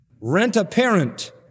rent-a-parent